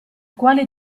quale